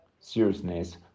seriousness